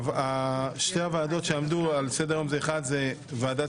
שתי הוועדות שעמדו על סדר היום הן ועדת